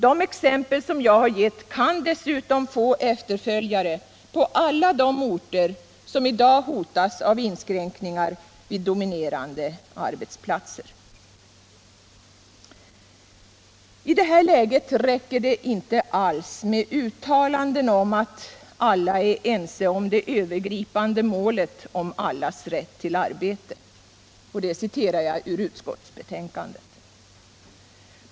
De exempel jag gett kan dessutom få efterföljare på alla de orter som i dag hotas av inskränkningar vid dominerande arbetsplatser. I det här läget räcker det inte alls med uttalanden om att alla är ense ”om det övergripande målet om allas rätt till arbete.” Detta är ett citat ur utskottsbetänkandet.